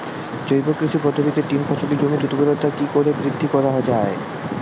জৈব কৃষি পদ্ধতিতে তিন ফসলী জমির ঊর্বরতা কি করে বৃদ্ধি করা য়ায়?